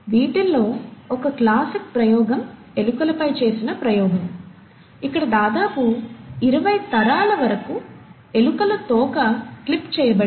వీటిల్లో ఒక క్లాసిక్ ప్రయోగం ఎలుకలపై చేసిన ప్రయోగం ఇక్కడ దాదాపు ఇరవై తరాల వరకు ఎలుకల తోక క్లిప్ చేయబడింది